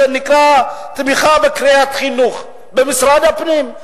שנקרא "תמיכה בקריית חינוך" במשרד הפנים.